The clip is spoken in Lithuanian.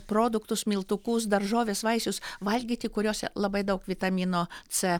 produktus miltukus daržoves vaisius valgyti kuriuose labai daug vitamino c